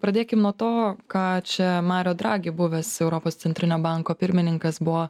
pradėkim nuo to ką čia mario dragi buvęs europos centrinio banko pirmininkas buvo